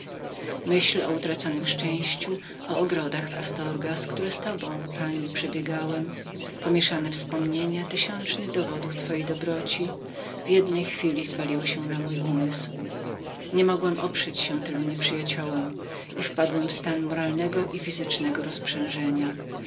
myśl o utraconem szczęściu o łąkach i ogrodach w astorgas które z tobą pani przebiegałem pomieszane wspomnienia tysiącznych dowodów twojej dobroci razem zwaliły się na mój umysł nie mogłem oprzeeoprzeć się tylu nieprzyjaciołom wpadłem w stan moralnego i fizycznego